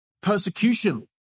persecution